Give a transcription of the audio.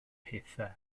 pethau